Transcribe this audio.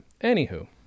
anywho